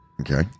Okay